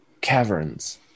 caverns